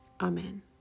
Amen